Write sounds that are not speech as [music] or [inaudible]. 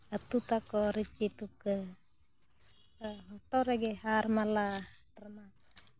ᱟᱛᱳ ᱛᱟᱠᱚ ᱨᱤᱪᱤ ᱛᱩᱠᱟᱹ ᱦᱚᱴᱚᱜ ᱨᱮᱜᱮ ᱦᱟᱨ ᱢᱟᱞᱟ [unintelligible]